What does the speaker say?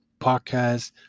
podcast